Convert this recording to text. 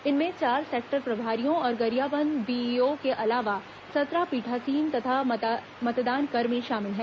इनमें चार सेक्टर प्रभारियों और गरियाबंद बीईओ के अलावा सत्रह पीठासीन तथा मतदानकर्मी शामिल हैं